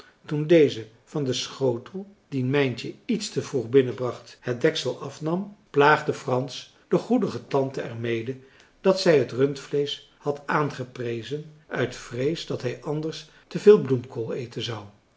toen deze van den schotel dien mijntje iets te vroeg binnen bracht het deksel afnam plaagde frans de goedige tante er mede dat zij het rundvleesch had aangeprezen uit vrees dat hij anders te veel bloemkool eten zou